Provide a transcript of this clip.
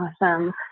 Awesome